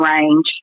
range